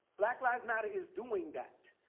black lives matter is doing that.